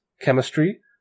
chemistry